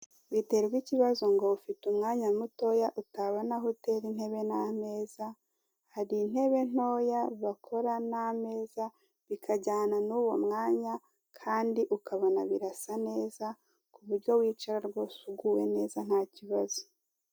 Witerwa ikibazo ngo ufite umwanya mutoya, utabona aho utera intebe n'ameza, hari intebe ntoya bakora n'ameza, bikajyana n'uwo mwanya, kandi ukabona birasa neza, ku buryo wicara rwose uguwe neza nta kibazo.